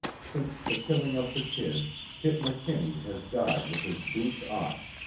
since the killing of the kid, kip mckinney has died with his boots off,